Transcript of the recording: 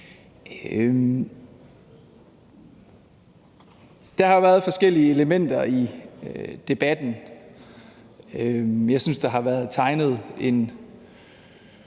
Der har været forskellige elementer i debatten. Jeg synes, der er blevet tegnet en